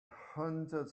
hundred